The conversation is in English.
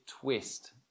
twist